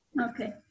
Okay